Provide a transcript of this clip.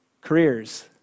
careers